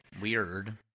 Weird